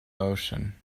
ocean